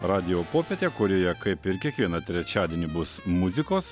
radijo popietė kurioje kaip ir kiekvieną trečiadienį bus muzikos